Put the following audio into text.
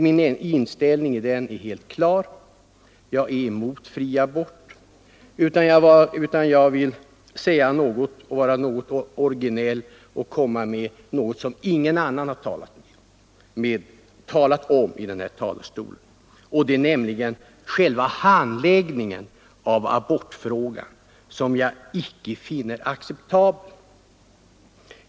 Min inställning därvidlag är helt klar: jag är emot fri abort. Jag vill i stället vara en smula originell och tala om något som ingen annan har berört i denna debatt. Det är själva handläggningen av abortfrågan som jag icke finner acceptabel.